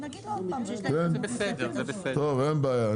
טוב אין בעיה,